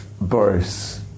Boris